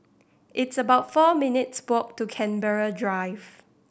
it's about four minutes' to Canberra Drive